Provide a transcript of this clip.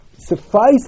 suffice